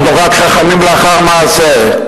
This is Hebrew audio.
אנחנו רק חכמים לאחר מעשה.